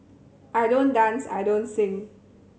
I don't dance I don't sing